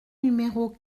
numéros